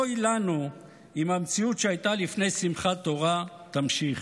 אוי לנו אם המציאות שהייתה לפני שמחת תורה תמשיך.